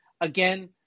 again